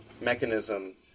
mechanism